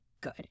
good